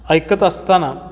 ऐकत असताना